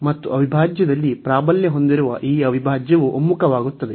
ಮತ್ತು ಅವಿಭಾಜ್ಯದಲ್ಲಿ ಪ್ರಾಬಲ್ಯ ಹೊಂದಿರುವ ಈ ಅವಿಭಾಜ್ಯವು ಒಮ್ಮುಖವಾಗುತ್ತದೆ